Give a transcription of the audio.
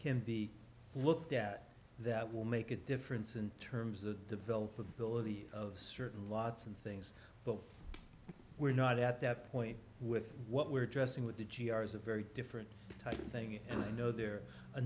can be looked at that will make a difference in terms of develop ability of certain lots of things but we're not at that point with what we're dressing with the g r is a very different type of thing and i know there a